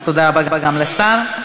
תודה רבה גם לשר.